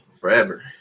forever